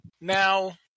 Now